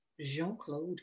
Jean-Claude